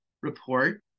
report